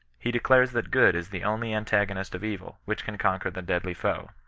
he declares that good is the only antagonist of evu, which can conquer the deadly foe.